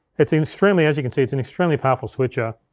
it's extremely, as you can see, it's an extremely powerful switcher,